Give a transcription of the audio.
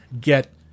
get